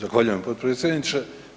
Zahvaljujem potpredsjedniče.